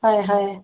হয় হয়